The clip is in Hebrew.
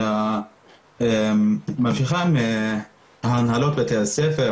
אלא ממשיכה מהנהלות בתי הספר,